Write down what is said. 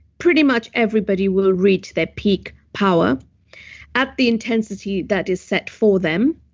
pretty much everybody will reach their peak power at the intensity that is set for them.